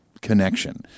connection